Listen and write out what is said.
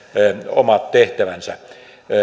omat tehtävänsä